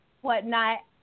whatnot